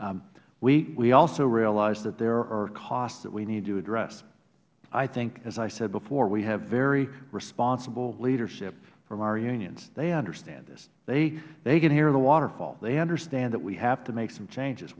we also realize that there are costs that we need to address i think as i said before we have very responsible leadership from our unions they understand this they can hear the waterfall they understand that we have to make some changes